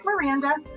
Miranda